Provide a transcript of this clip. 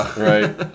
Right